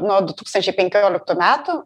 nuo du tūkstančiai penkioliktų metų